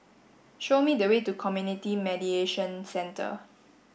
show me the way to Community Mediation Centre